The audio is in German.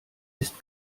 ist